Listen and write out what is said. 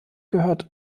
gehört